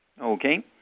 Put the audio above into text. Okay